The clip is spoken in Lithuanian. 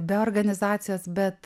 be organizacijos bet